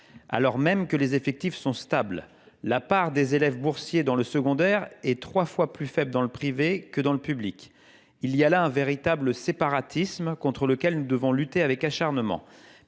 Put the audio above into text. alors même que les effectifs sont stables. La part des élèves boursiers dans le secondaire est trois fois plus faible dans le privé que dans le public. Il y a là un véritable séparatisme, contre lequel nous devons lutter avec acharnement.